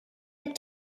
had